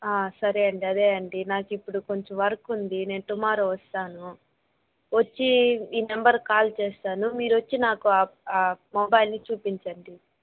సరే అండి అదే అండి నాకు ఇప్పుడు కొంచెం వర్క్ ఉంది నేను టుమారో వస్తాను వచ్చి ఈ నంబర్కి కాల్ చేస్తాను మీరు వచ్చి నాకు మొబైల్ని చూపించండి